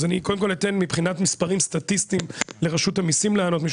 אז אני קודם כל אתן מבחינת מספרים סטטיסטיים לרשות המיסים לענות.